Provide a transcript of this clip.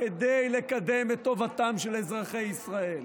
כדי לקדם את טובתם של אזרחי ישראל.